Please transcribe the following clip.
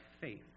faith